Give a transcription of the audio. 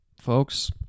folks